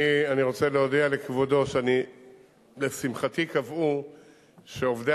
אני רוצה להודיע לכבודו שלשמחתי קבעו שעובדי